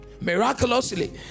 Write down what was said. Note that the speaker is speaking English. miraculously